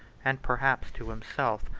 and perhaps to himself,